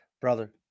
Brother